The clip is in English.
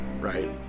right